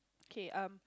kay um